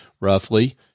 roughly